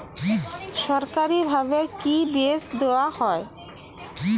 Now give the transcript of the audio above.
সরকারিভাবে কি বীজ দেওয়া হয়?